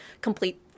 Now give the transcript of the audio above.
complete